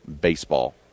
baseball